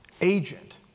agent